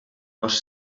honor